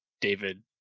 David